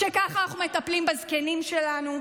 שככה אנחנו מטפלים בזקנים שלנו.